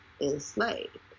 enslaved